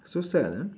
so sad ah